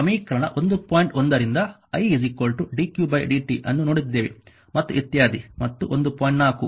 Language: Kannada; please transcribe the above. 1ರಿಂದ I dq dt ಅನ್ನು ನೋಡಿದ್ದೇವೆ ಮತ್ತು ಇತ್ಯಾದಿ